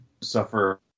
suffer